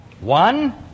One